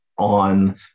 on